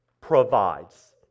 provides